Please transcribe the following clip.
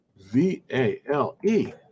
V-A-L-E